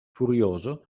furioso